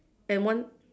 and one